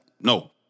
No